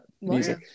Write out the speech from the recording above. music